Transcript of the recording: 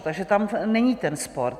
Takže tam není ten spor.